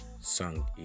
song